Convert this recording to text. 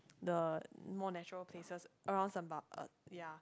the more natural places around semba~ uh yeah